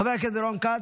חבר הכנסת רון כץ,